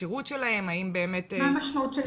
מה המשמעות של כשירות?